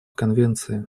конвенции